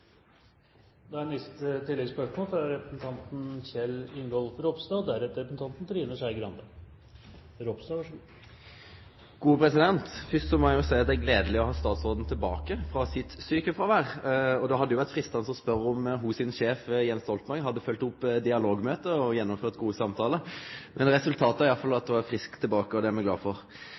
Kjell Ingolf Ropstad – til oppfølgingsspørsmål. Først må eg seie at det er gledeleg å ha statsråden tilbake frå sjukefråveret. Det hadde vore freistande å spørje om hennar sjef, Jens Stoltenberg, har følgt opp med dialogmøte og gjennomført gode samtaler. Resultatet er i alle fall at ho er frisk og tilbake – og det er me glade for.